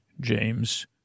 James